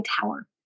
tower